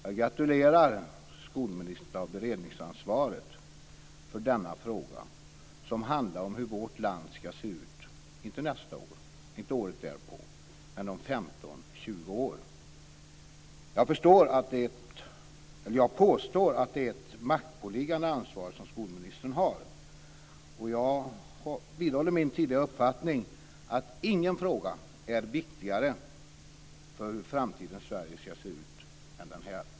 Jag gratulerar skolministern till att ha beredningsansvaret för denna fråga, som handlar om hur vårt land ska se ut inte nästa år och inte året därpå men om 15-20 år. Jag påstår att det är ett maktpåliggande ansvar som skolministern har, och jag vidhåller min tidigare uppfattning att ingen fråga är viktigare för hur framtidens Sverige ska se ut än den här.